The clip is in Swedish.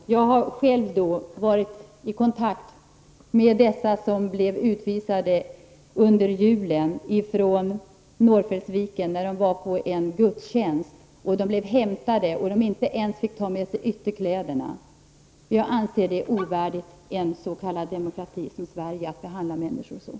Jag har själv varit i kontakt med dem som under julen blev utvisade från Norrfällsviken, när de hämtades från en gudstjänst och inte ens fick ta med sig ytterkläderna. Det är ovärdigt en s.k. demokrati som Sverige att behandla människor så.